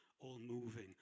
all-moving